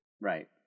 Right